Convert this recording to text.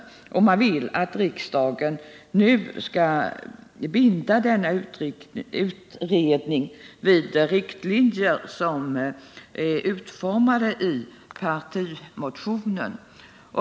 Centerpartiet vill att riksdagen nu skall binda denna utredning vid de riktlinjer som är utformade i partimotionen.